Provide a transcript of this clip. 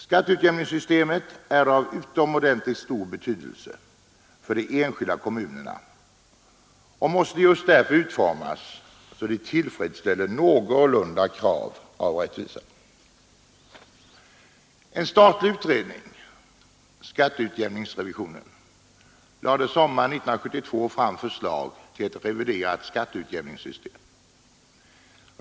Skatteutjämningssystemet är av utomordentligt stor betydelse för de enskilda kommunerna och måste just därför utformas så att det någorlunda tillfredsställer krav på rättvisa. En statlig utredning — skatteutjämningsrevisionen — lade sommaren 1972 fram förslag till ett reviderat skatteutjämningssystem.